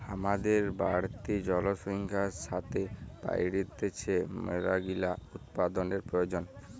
হামাদের বাড়তি জনসংখ্যার সাতে বাইড়ছে মেলাগিলা উপাদানের প্রয়োজন